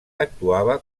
actuava